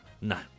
No